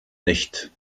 nicht